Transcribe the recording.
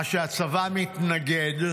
מה שהצבא מתנגד,